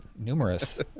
numerous